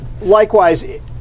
Likewise